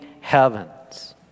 heavens